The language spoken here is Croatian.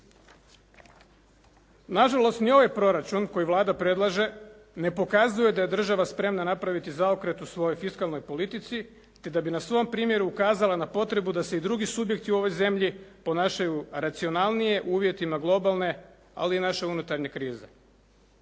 Nažalost, ni ovaj proračun koji Vlada predlaže ne pokazuje da je država spremna napraviti zaokret u svojoj fiskalnoj politici te da bi na svom primjeru ukazala na potrebu da se i drugi subjekti u ovoj zemlji ponašaju racionalnije uvjetima globalne, ali i naše unutarnje krize.